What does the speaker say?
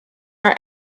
our